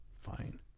Fine